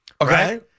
Okay